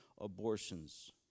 abortions